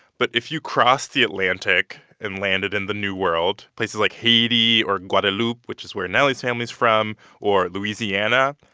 but if you cross the atlantic and landed in the new world, world, places like haiti or guadalupe which is where nelly's family is from or louisiana,